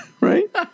right